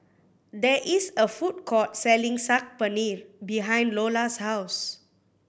there is a food court selling Saag Paneer behind Iola's house